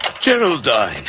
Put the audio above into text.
Geraldine